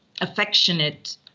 affectionate